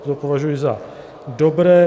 To považuji za dobré.